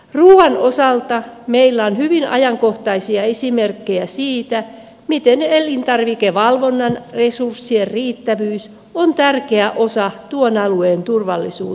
ruuan osalta meillä on hyvin ajankohtaisia esimerkkejä siitä miten elintarvikevalvonnan resurssien riittävyys on tärkeä osa tuon alueen turvallisuutta